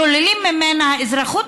שוללים ממנה אזרחות?